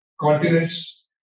continents